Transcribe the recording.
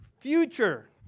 future